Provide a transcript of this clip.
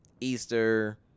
Easter